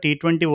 T20